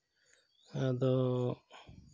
ᱟᱫᱚ